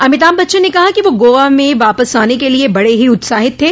अमिताभ बच्चन ने कहा कि वह गोवा में वापस आन के लिए बड़े ही उत्साहित थे